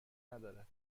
ندارد